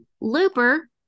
Looper